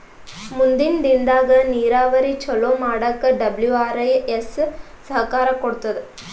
ಮುಂದಿನ್ ದಿನದಾಗ್ ನೀರಾವರಿ ಚೊಲೋ ಮಾಡಕ್ ಡಬ್ಲ್ಯೂ.ಆರ್.ಐ.ಎಸ್ ಸಹಕಾರ್ ಕೊಡ್ತದ್